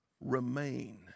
remain